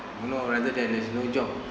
you know rather than there's no job